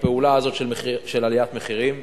לפעולה הזאת של עליית מחירים.